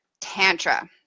Tantra